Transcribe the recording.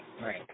right